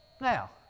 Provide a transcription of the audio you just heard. Now